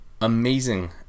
amazing